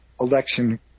election